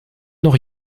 noch